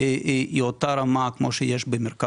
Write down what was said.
היא אותה רמה כמו במרכז.